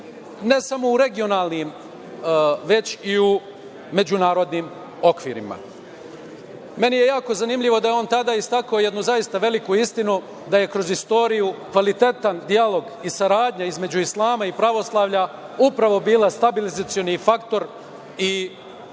ne samo u regionalnim, već i u međunarodnim okvirima. Meni je jako zanimljivo da je on tada istakao jednu zaista veliku istinu, da je kroz istoriju kvalitetan dijalog i saradnja između islama i pravoslavlja upravo bila stabilizacioni faktor i praktično